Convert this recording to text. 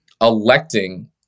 electing